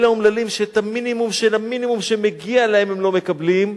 אלה האומללים שאת המינימום של המינימום שמגיע להם הם לא מקבלים,